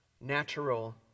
natural